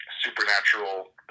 supernatural